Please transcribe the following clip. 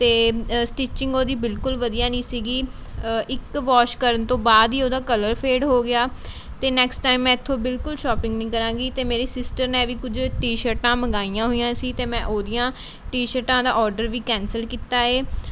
ਅਤੇ ਸਟੀਚਿੰਗ ਉਹਦੀ ਬਿਲਕੁਲ ਵਧੀਆ ਨਹੀਂ ਸੀਗੀ ਇੱਕ ਵਾਸ਼ ਕਰਨ ਤੋਂ ਬਾਅਦ ਹੀ ਉਹਦਾ ਕਲਰ ਫੇਡ ਹੋ ਗਿਆ ਅਤੇ ਨੈਕਸਟ ਟਾਈਮ ਮੈਂ ਇੱਥੋਂ ਬਿਲਕੁਲ ਸ਼ੋਪਿੰਗ ਨਹੀਂ ਕਰਾਂਗੀ ਅਤੇ ਮੇਰੀ ਸਿਸਟਰ ਨੇ ਵੀ ਕੁਝ ਟੀ ਸ਼ਰਟਾਂ ਮੰਗਵਾਈਆਂ ਹੋਈਆਂ ਸੀ ਅਤੇ ਮੈਂ ਉਹਦੀਆਂ ਟੀ ਸ਼ਰਟਾਂ ਦਾ ਔਡਰ ਵੀ ਕੈਂਸਲ ਕੀਤਾ ਏ